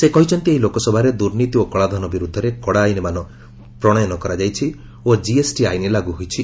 ସେ କହିଛନ୍ତି ଏହି ଲୋକସଭାରେ ଦୁର୍ନୀତି ଓ କଳାଧନ ବିରୁଦ୍ଧରେ କଡାଆଇନ ମାନ ପ୍ରଶୟନ କରାଯାଇଛି ଓ ଜିଏସଟି ଆଇନ ଲାଗୁ ହୋଇଛି